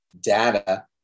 data